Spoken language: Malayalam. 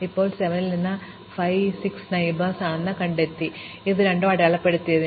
ഇപ്പോൾ 7 ൽ നിന്ന് ഇതിന് 5 ഉം 6 ഉം അയൽവാസികളുണ്ടെന്ന് ഞങ്ങൾ കണ്ടെത്തി ഇവ രണ്ടും ഇതിനകം അടയാളപ്പെടുത്തിയിരിക്കുന്നു